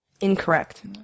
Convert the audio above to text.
Incorrect